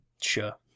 sure